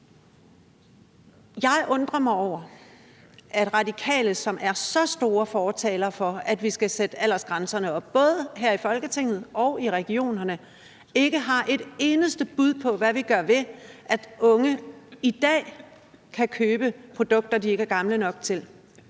Jeg undrer mig over, at Radikale, som er så store fortalere for, at vi skal sætte aldersgrænserne op – både her i Folketinget og i regionerne – ikke har et eneste bud på, hvad vi gør ved, at unge i dag kan købe produkter, de ikke er gamle nok til.